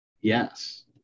Yes